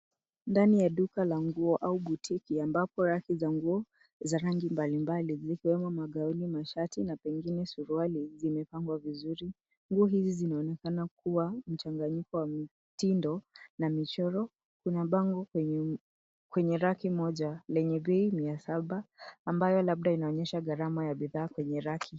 Ndani ya duka la nguo au boutique ambapo raki za nguo za rangi mbalimbali zikiwemo magauni, mashati na pengine suruali zimepangwa vizuri. Nguo hizi zinzonekana kuwa mchanganyio wa mitindo na michoro. Kuna bango kwenye raki moja lenye bei mia saba ambayo labda inaonyesha gharama ya bidhaa penye raki.